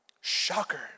Shocker